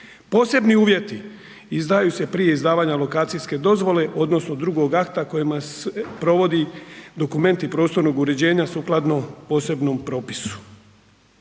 Posebni uvjeti izdaju se prija izdavanja lokacijske dozvole odnosno drugog akta kojima se provodi dokumenti prostornog uređenja sukladno posebnom propisu.